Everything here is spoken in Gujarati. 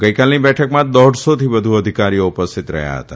ગઇકાલની બેઠકમાં દોઢસોથી વધુ અધિકારીઓ ઉપસ્થિત રહયાં હતા